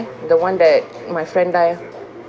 the one that my friend die ah